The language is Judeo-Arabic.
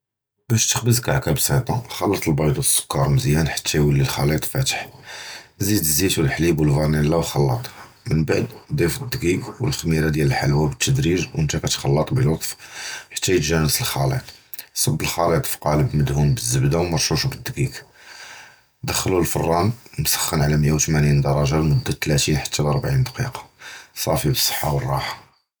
בַּאש תְּחַבֵּז קַעְכָּה סִימְפְּלֵה, חַלֵּט לְבַיְד וּסֻכַּּר מְזִיַּאן חַתָּי יְוֹלִי לַחְלִיִּט פָּאטַח, זֵיד זַיִת וּחֻלִיב פַּנִּי וְחַלֵּט, מִנְבַּעְד זֵיד דְּקִיק וּלְחֻמִירָה דִיַּל לַחְלוּאָה בְּתַדְרִיג וְנְתָא חַלֵּט בְּלֻטְף חַתָּי יִתְגַּ'נֵּס לַחְלִיִּט, צַב לַחְלִיִּט פְּקַאלַב מְדְהוּן בְּזֶ'בְּדָה וּמַרְשּׁוּש בְּדֻקִּיק, דַּכְלוּ לְפְרַאן מְסַחֵּן עַל מִיָּה וְתְמַנֵּין דַּרַגָּה מֻדַּה תְּלַאתִּין חַתָּי עַיִן דַּקִּיקָה, סָאפִי בְּצַחָה וּרְחָה.